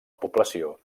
població